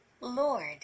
Lord